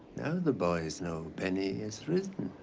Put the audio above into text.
the boys know benny has risen.